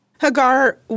Hagar